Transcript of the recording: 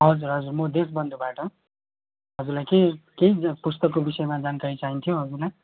हजुर हजुर म देशबन्धुबाट हजुरलाई केही केही पुस्तकको विषयमा जानकारी चाहिन्थ्यो हजुरलाई